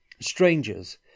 Strangers